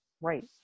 Right